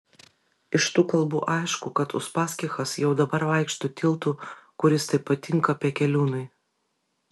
iš tų kalbų aišku kad uspaskichas jau dabar vaikšto tiltu kuris taip patinka pekeliūnui